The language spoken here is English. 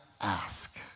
ask